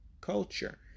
culture